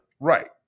Right